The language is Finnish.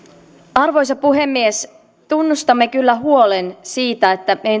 arvoisa puhemies tunnustamme kyllä huolen siitä että meidän